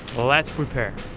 let's prepare.